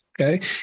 Okay